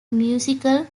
musical